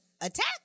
attack